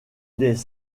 des